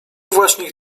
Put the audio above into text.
właśnie